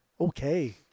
okay